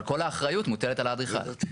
אבל כל האחריות מוטלת על האדריכל.